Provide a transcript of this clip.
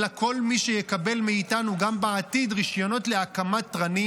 אלא כל מי שיקבל מאיתנו גם בעתיד רישיונות להקמת תרנים